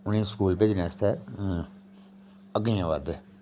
उनेंगी स्कूल भेजने आस्तै अग्गें आवा दे